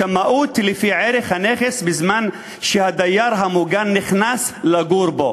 שמאות לפי ערך הנכס בזמן שהדייר המוגן נכנס לגור בו,